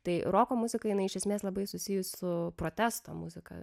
tai roko muzika jinai iš esmės labai susijus su protesto muzika